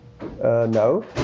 No